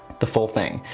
the full thing.